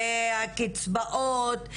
זה קצבאות,